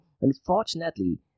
Unfortunately